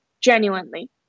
genuinely